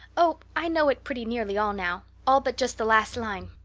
oh, i know it pretty nearly all now all but just the last line.